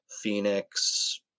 Phoenix